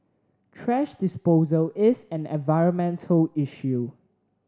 thrash disposal is an environmental issue